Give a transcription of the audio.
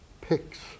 picks